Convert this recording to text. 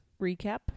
recap